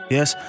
Yes